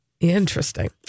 Interesting